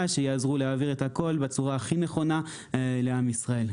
שיעזרו להעביר את הכול בצורה הכי נכונה לעם ישראל.